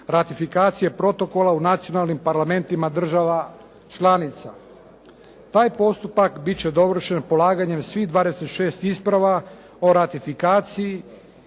ratifikacije protokola u nacionalnim parlamentima država članica. Taj postupak biti će dovršen polaganjem svih 26 isprava o ratifikaciji